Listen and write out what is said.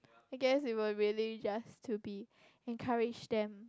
I guess we will really just to be encourage them